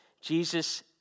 Jesus